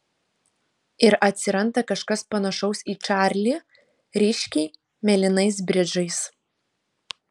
ir atsiranda kažkas panašaus į čarlį ryškiai mėlynais bridžais